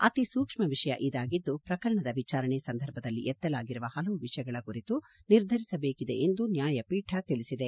ಅತಿ ಸೂಕ್ಷ್ಮ ವಿಷಯ ಇದಾಗಿದ್ದು ಪ್ರಕರಣದ ವಿಚಾರಣೆ ಸಂದರ್ಭದಲ್ಲಿ ಎತ್ತಲಾಗಿರುವ ಪಲವು ವಿಷಯಗಳ ಕುರಿತು ನಿರ್ಧರಿಸಬೇಕಿದೆ ಎಂದು ನ್ಯಾಯಪೀಠ ತಿಳಿಸಿದೆ